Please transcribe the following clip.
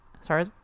Sorry